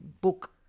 book